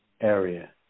area